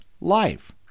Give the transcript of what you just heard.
life